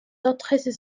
autres